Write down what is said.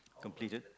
completed